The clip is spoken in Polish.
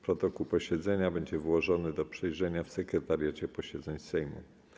Protokół posiedzenia będzie wyłożony do przejrzenia w Sekretariacie Posiedzeń Sejmu.